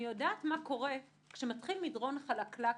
אני יודעת מה קורה, כשמתחיל מדרון חלקלק כזה,